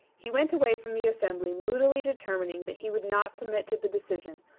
he went away from the assembly moodily determining that he would not submit to the decision,